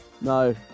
no